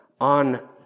on